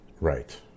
Right